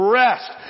rest